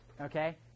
okay